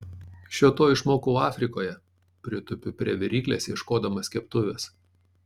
šio to išmokau afrikoje pritupiu prie viryklės ieškodamas keptuvės